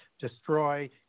destroy